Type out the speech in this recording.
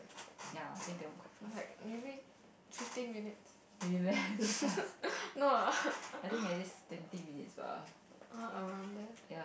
like maybe fifteen minutes no ah walk around there